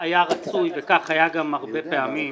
רצוי, וכך היה גם הרבה פעמים,